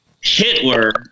Hitler